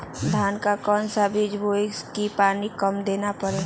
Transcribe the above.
धान का कौन सा बीज बोय की पानी कम देना परे?